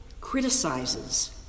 criticizes